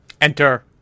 enter